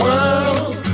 World